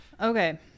okay